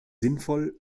sinnvoll